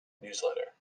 newsletter